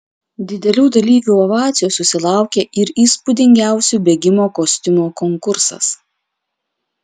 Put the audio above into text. didelių dalyvių ovacijų susilaukė ir įspūdingiausio bėgimo kostiumo konkursas